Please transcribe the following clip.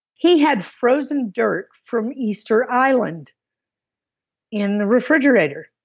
he had frozen dirt from easter island in the refrigerator.